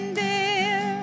dear